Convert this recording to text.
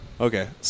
Okay